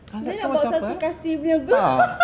I tak tahu pasal apa eh